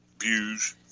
views